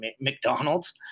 McDonald's